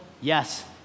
Yes